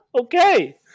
Okay